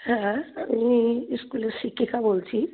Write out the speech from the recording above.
হ্যাঁ আমি স্কুলের শিক্ষিকা বলছি